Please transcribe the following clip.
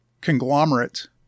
conglomerate